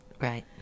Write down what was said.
Right